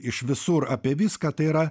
iš visur apie viską tai yra